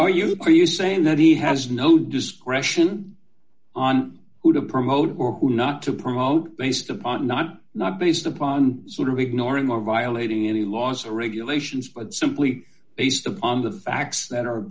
know you are you saying that he has no discretion on who to promote or who not to promote based upon not not based upon sort of ignoring or violating any laws or regulations but simply based on the facts that